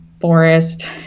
forest